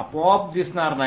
आपोआप दिसणार नाही